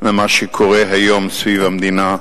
ממה שקורה היום סביב המדינה: